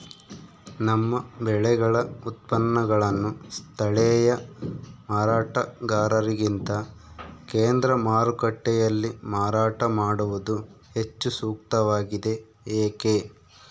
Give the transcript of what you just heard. ನಮ್ಮ ಬೆಳೆಗಳ ಉತ್ಪನ್ನಗಳನ್ನು ಸ್ಥಳೇಯ ಮಾರಾಟಗಾರರಿಗಿಂತ ಕೇಂದ್ರ ಮಾರುಕಟ್ಟೆಯಲ್ಲಿ ಮಾರಾಟ ಮಾಡುವುದು ಹೆಚ್ಚು ಸೂಕ್ತವಾಗಿದೆ, ಏಕೆ?